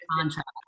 contract